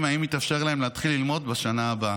אם יתאפשר להם להתחיל ללמוד בשנה הבאה.